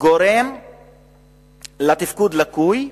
גורם לתפקוד לקוי.